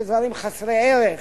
זה דברים חסרי ערך.